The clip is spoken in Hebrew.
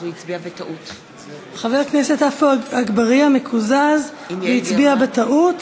חבר הכנסת עפו אגבאריה מקוזז והצביע בטעות,